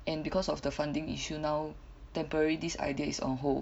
and because of the funding issue now temporary this idea is on hold